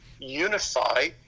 unify